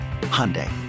Hyundai